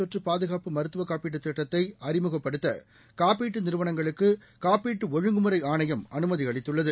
தொற்றபாதுகாப்பு மருத்துவகாப்பீட்டுதிட்டத்தைஅறிமுகப்படுத்தகாப்பீட்டுநிறுவனங்களுக்கு காப்பீட்டுஒழுங்குமுறைஆணையம் அனுமதிஅளித்துள்ளது